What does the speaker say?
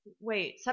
Wait